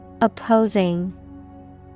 Opposing